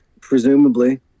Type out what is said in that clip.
Presumably